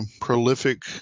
prolific